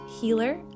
healer